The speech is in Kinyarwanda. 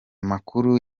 makuru